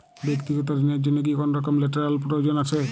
ব্যাক্তিগত ঋণ র জন্য কি কোনরকম লেটেরাল প্রয়োজন আছে?